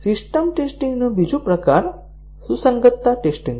system testing નો બીજો પ્રકાર સુસંગતતા ટેસ્ટીંગ છે